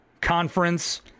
conference